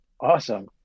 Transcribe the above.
awesome